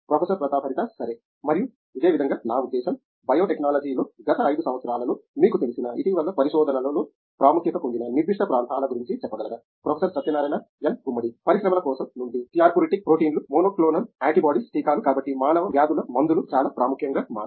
professor Pratap Haridas సరే మరియు ఇదే విధంగా నా ఉద్దేశ్యం బయోటెక్నాలజీలో గత ఐదు సవత్సరాలలో మీకు తెలిసిన ఇటీవల పరిశోధనలలో ప్రాముఖ్యత పొందిన నిర్దిష్ట ప్రాంతాల గురించి చెప్పగలరా ప్రొఫెసర్ సత్యనారాయణ ఎన్ గుమ్మడి పరిశ్రమల కోణం నుండి థియర్ప్యూటీక్ ప్రోటీన్లు మోనోక్లోనల్ యాంటీబాడీస్ టీకాలు కాబట్టి మానవ వ్యాధుల మందులు చాలా ప్రముఖంగా మారాయి